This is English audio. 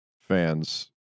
fans